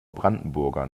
brandenburger